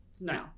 No